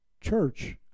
church